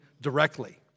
directly